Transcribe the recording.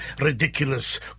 ridiculous